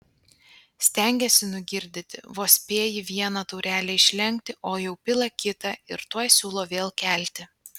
stengėsi nugirdyti vos spėji vieną taurelę išlenkti o jau pila kitą ir tuoj siūlo vėl kelti